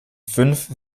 fünf